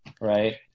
right